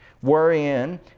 wherein